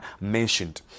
mentioned